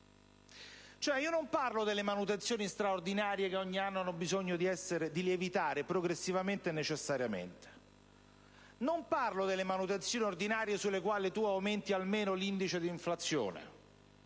Non parlo delle manutenzioni straordinarie, i cui costi ogni anno hanno bisogno di lievitare progressivamente e necessariamente; non parlo delle manutenzioni ordinarie, sulle quali si aumenta almeno l'indice d'inflazione.